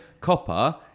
copper